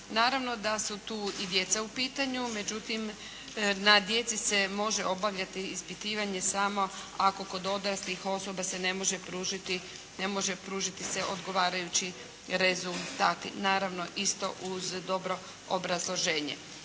Naravno da su tu i djeca u pitanju. Međutim na djeci se može obavljati ispitivanje samo ako kod odraslih osoba se ne može pružiti, ne može pružiti se odgovarajući rezultati. Naravno isto uz dobro obrazloženje.